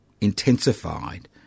intensified